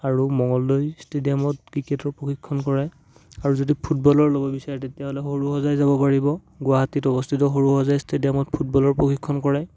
আৰু মংগলদৈ ষ্টেডিয়ামত ক্ৰিকেটৰ প্ৰশিক্ষণ কৰায় আৰু যদি ফুটবলৰ ল'ব বিচাৰে তেতিয়াহ'লে সৰুসজাই যাব পাৰিব গুৱাহাটীত অৱস্থিত সৰুসজাই ষ্টেডিয়ামত ফুটবলৰ প্ৰশিক্ষণ কৰায়